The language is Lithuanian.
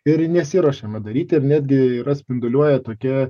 ir nesiruošiama daryti ir netgi yra spinduliuoja tokia